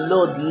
Lord